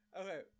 Okay